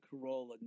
Corolla